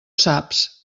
saps